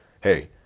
Hey